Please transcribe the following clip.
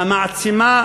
המעצימה